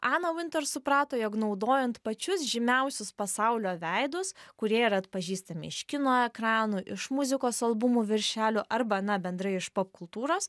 ana vintor suprato jog naudojant pačius žymiausius pasaulio veidus kurie yra atpažįstami iš kino ekranų iš muzikos albumų viršelių arba na bendrai iš popkultūros